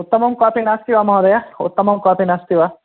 उत्तमं कापि नास्ति वा महोदय उत्तमं कापि नास्ति वा